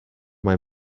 mae